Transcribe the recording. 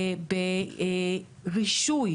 ברישוי,